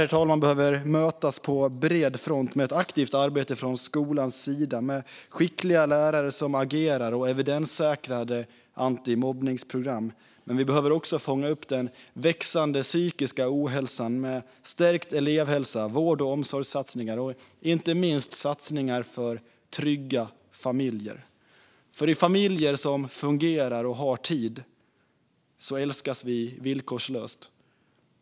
Det här behöver mötas på bred front med ett aktivt arbete från skolans sida, med skickliga lärare som agerar och evidenssäkrade antimobbningsprogram. Men vi behöver också fånga upp den växande psykiska ohälsan med stärkt elevhälsa och vård och omsorgssatsningar. Det gäller inte minst satsningar för trygga familjer. För i familjer som fungerar och har tid älskas vi villkorslöst.